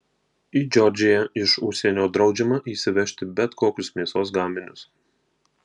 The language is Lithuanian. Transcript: į džordžiją iš užsienio draudžiama įsivežti bet kokius mėsos gaminius